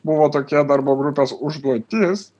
buvo tokia darbo grupės užduotis